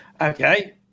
Okay